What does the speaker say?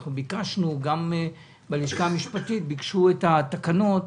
וגם בלשכה המשפטית ביקשו את התקנות,